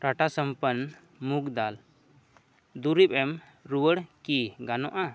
ᱴᱟᱴᱟ ᱥᱟᱢᱯᱟᱱ ᱢᱩᱝ ᱰᱟᱞ ᱫᱩᱨᱤᱵᱽ ᱮᱢ ᱨᱩᱣᱟᱹᱲᱠᱤ ᱜᱟᱱᱚᱜᱼᱟ